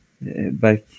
back